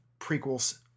prequels